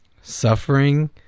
Suffering